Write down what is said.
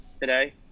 today